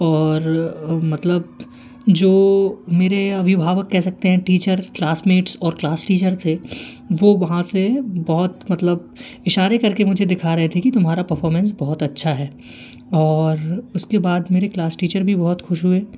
और मतलब जो मेरे अभिभावक कह सकते हैं टीचर क्लासमेट्स और क्लास टीचर थे वो वहाँ से बहुत मतलब इशारे करके मुझे दिखा रहे थे कि तुम्हारा परफॉर्मेंस बहुत अच्छा है और उसके बाद मेरे क्लास टीचर भी बहुत खुश हुए